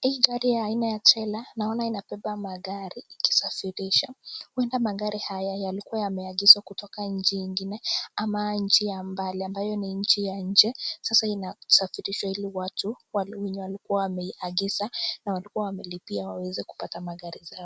Hii gari ya aina ya trailer naona inabeba magari ikisafirisha. Huenda magari haya yalikuwa yameagizwa kutoka nchi nyingine ama nchi ya mbali ambayo ni nchi ya nje sasa inasafirishwa ili watu wenye walikuwa wameiagiza na walikuwa wamelipia waweze kupata magari zao.